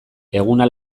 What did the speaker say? eguna